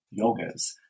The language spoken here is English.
yogas